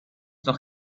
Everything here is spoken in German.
noch